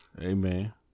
Amen